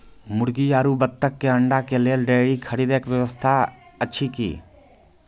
मुर्गी आरु बत्तक के अंडा के लेल डेयरी के खरीदे के व्यवस्था अछि कि?